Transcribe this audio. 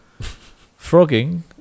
Frogging